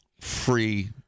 free